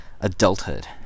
adulthood